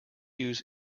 use